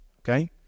Okay